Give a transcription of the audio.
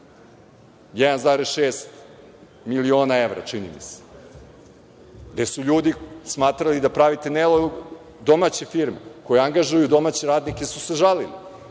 1,6 miliona evra čini mi se, gde su ljudi smatrali da pravite, domaće firme koje angažuju domaće radnike su se žalile,